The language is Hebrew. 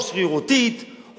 או שרירותית,